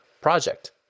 project